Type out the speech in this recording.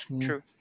True